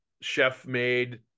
Chef-made